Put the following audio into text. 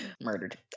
Murdered